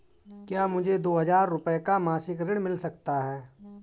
क्या मुझे दो हजार रूपए का मासिक ऋण मिल सकता है?